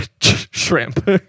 shrimp